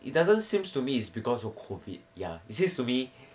it doesn't seems to me it's because of COVID ya it seems to be